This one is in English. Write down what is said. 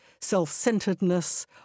self-centeredness